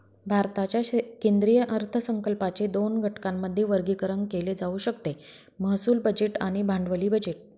भारताच्या केंद्रीय अर्थसंकल्पाचे दोन घटकांमध्ये वर्गीकरण केले जाऊ शकते महसूल बजेट आणि भांडवली बजेट